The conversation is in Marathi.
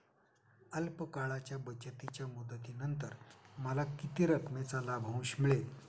अल्प काळाच्या बचतीच्या मुदतीनंतर मला किती रकमेचा लाभांश मिळेल?